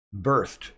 birthed